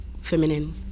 feminine